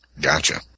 Gotcha